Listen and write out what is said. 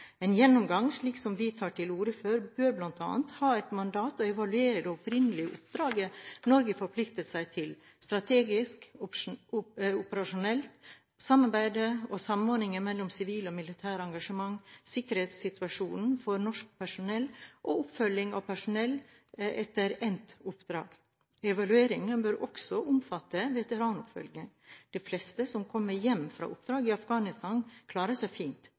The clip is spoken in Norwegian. En gjennomgang slik som vi tar til orde for, bør bl.a. ha som mandat å evaluere det opprinnelige oppdraget Norge forpliktet seg til: strategisk og operasjonelt, samarbeidet og samordningen mellom sivilt og militært engasjement, sikkerhetssituasjonen for norsk personell og oppfølging av personell etter endt oppdrag. Evalueringen bør også omfatte veteranoppfølging. De fleste som kommer hjem fra oppdrag i Afghanistan, klarer seg fint.